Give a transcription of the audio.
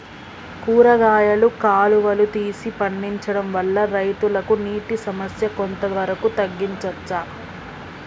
కూరగాయలు కాలువలు తీసి పండించడం వల్ల రైతులకు నీటి సమస్య కొంత వరకు తగ్గించచ్చా?